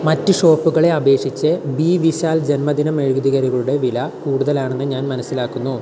മറ്റ് ഷോപ്പുകളെ അപേക്ഷിച്ച് ബി വിശാൽ ജന്മദിന മെഴുകുതിരികളുടെ വില കൂടുതലാണെന്ന് ഞാൻ മനസ്സിലാക്കുന്നു